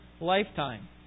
lifetime